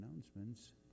announcements